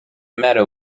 matter